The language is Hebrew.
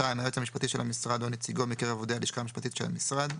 (2)היועץ המשפטי של המשרד או נציגו מקרב עובדי הלשכה המשפטית של המשרד,